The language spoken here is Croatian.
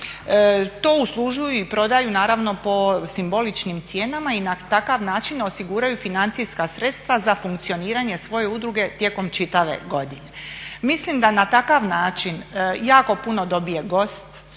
To uslužuju i prodaju naravno po simboličnim cijenama i na takav način osiguraju financijska sredstva za funkcioniranje svoje udruge tijekom čitave godine. Mislim da na takav način jako puno dobije gost,